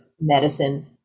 medicine